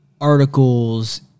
articles